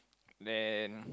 then